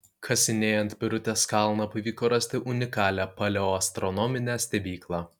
kasinėjant birutės kalną pavyko rasti unikalią paleoastronominę stebyklą